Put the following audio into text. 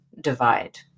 divide